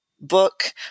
book